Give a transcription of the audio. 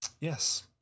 yes